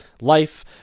life